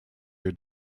your